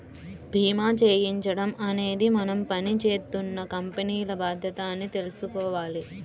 భీమా చేయించడం అనేది మనం పని జేత్తున్న కంపెనీల బాధ్యత అని తెలుసుకోవాల